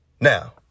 Now